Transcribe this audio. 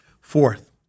Fourth